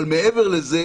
אבל מעבר לזה,